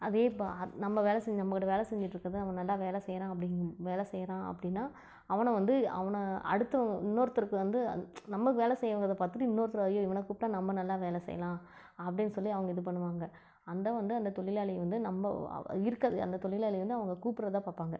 அதே பா நம்ம வேலை செஞ்ச நம்பக்கிட்ட வேலை செஞ்சிட்டுருக்கறது அவங்க நல்லா வேலை செய்யறாங்க அப்படிங்கும் வேலை செய்யறான் அப்படின்னா அவனும் வந்து அவனை அடுத்தவங்க இன்னொருத்தருக்கு வந்து அத் நம்மளுக்கு வேலை பார்த்துட்டு இன்னொருத்தர் ஐயோ இவனை கூப்பிட்டா நம்ம நல்லா வேலை செய்யலாம் அப்படின்னு சொல்லி அவங்க இது பண்ணுவாங்க அந்த வந்து அந்த தொழிலாளியை வந்து நம்ப இருக்கிறதுலையே அந்த தொழிலாளியை வந்து அவங்க கூப்பிட்ற தான் பார்ப்பாங்க